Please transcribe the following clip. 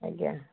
ଆଜ୍ଞା